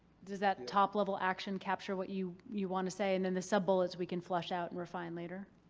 does that top level action capture what you you want to say? and then the sub-bullets we can flesh out and refine later.